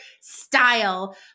style